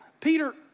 Peter